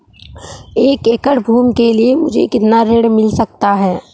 एक एकड़ भूमि के लिए मुझे कितना ऋण मिल सकता है?